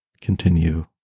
continue